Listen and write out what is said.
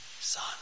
son